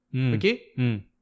okay